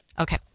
Okay